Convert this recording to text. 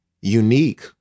unique